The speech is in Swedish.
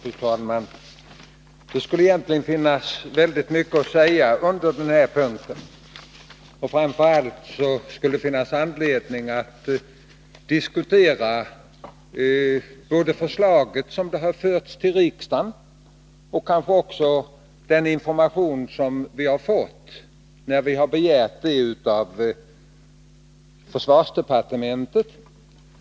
Fru talman! Det skulle egentligen finnas mycket att säga under denna punkt. Framför allt skulle det finnas anledning att diskutera både förslaget sådant det har förts till riksdagen och den information som vi har fått, när vi har begärt sådan av försvarsdepartementet.